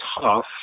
tough